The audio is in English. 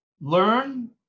learn